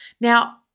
Now